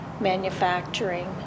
manufacturing